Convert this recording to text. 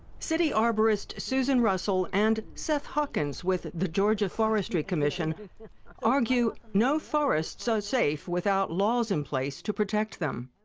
city arborist susan russell and seth hawkins with the georgia forestry commission argue, no forest's so safe without laws in place to protect them.